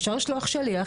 אפשר לשלוח שליח,